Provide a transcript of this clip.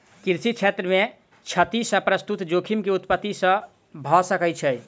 कृषि क्षेत्र मे क्षति सॅ वास्तु जोखिम के उत्पत्ति भ सकै छै